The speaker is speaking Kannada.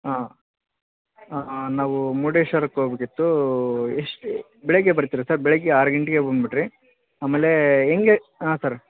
ಆಂ ನಾವು ಮುರ್ಡೇಶ್ವರಕ್ಕೆ ಹೋಗ್ಬೇಕಿತ್ತು ಎಷ್ಟು ಬೆಳಿಗ್ಗೆ ಬರ್ತೀರಾ ಸರ್ ಬೆಳಿಗ್ಗೆ ಆರು ಗಂಟೆಗೆ ಬಂದ್ಬಿಡ್ರಿ ಆಮೇಲೆ ಹೆಂಗೆ ಹಾಂ ಸರ್